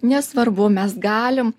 nesvarbu mes galim